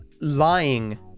lying